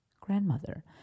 grandmother